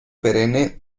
perenne